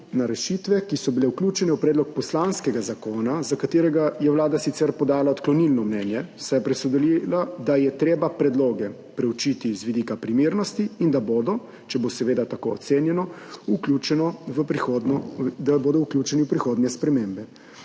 na rešitve, ki so bile vključene v predlog poslanskega zakona, za katerega je Vlada sicer podala odklonilno mnenje, saj je presodila, da je treba predloge preučiti z vidika primernosti in da bodo, če bo seveda tako ocenjeno, vključeni v prihodnje spremembe.